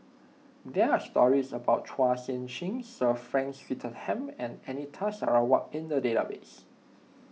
there are stories about Chua Sian Chin Sir Frank Swettenham and Anita Sarawak in the database